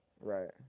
Right